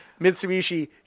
Mitsubishi